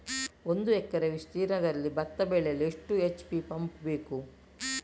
ಒಂದುಎಕರೆ ವಿಸ್ತೀರ್ಣದಲ್ಲಿ ಭತ್ತ ಬೆಳೆಯಲು ಎಷ್ಟು ಎಚ್.ಪಿ ಪಂಪ್ ಬೇಕು?